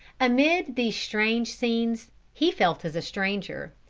amid these strange scenes he felt as a stranger,